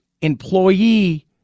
employee